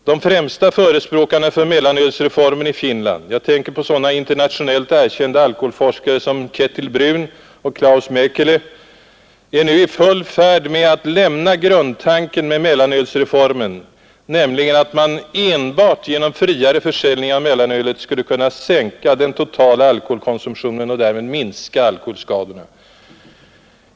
De främsta förespråkarna för mellanölsreformen i Finland — jag tänker på sådana internationellt erkända alkoholforskare som Kettil Brunn och Klaus Mäkelä — är nu i full färd med att lämna grundtanken med mellanölsreformen, nämligen att man enbart genom friare försäljning av mellanölet skulle kunna sänka den totala alkoholkonsumtionen och därmed minska alkoholskadorna.